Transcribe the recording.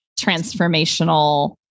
transformational